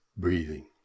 Breathing